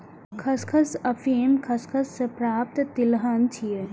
खसखस अफीम खसखस सं प्राप्त तिलहन छियै